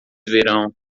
verão